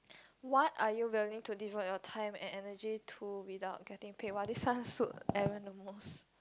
what are you willing to divide your time and energy to without getting pay !wah! this one suit Aaron the most